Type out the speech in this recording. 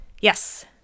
Yes